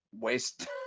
waste